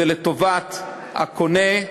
זה לטובת הקונה,